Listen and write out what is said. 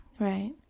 Right